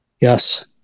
Yes